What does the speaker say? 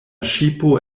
ŝipo